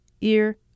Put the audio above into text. Ear